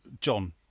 John